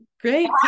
Great